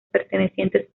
pertenecientes